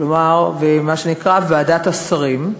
כלומר מה שנקרא ועדת השרים,